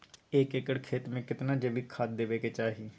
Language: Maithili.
एक एकर खेत मे केतना जैविक खाद देबै के चाही?